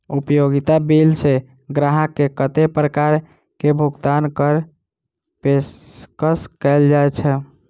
उपयोगिता बिल सऽ ग्राहक केँ कत्ते प्रकार केँ भुगतान कऽ पेशकश कैल जाय छै?